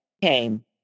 came